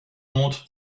monte